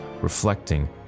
reflecting